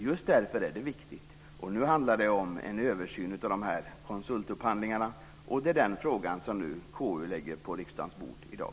Nu handlar det om en översyn av konsultupphandlingarna, och det är den frågan som konstitutionsutskottet lägger på riksdagens bord i dag.